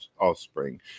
offspring